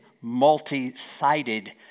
multi-sided